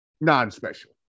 non-special